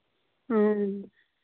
ᱦᱮᱸ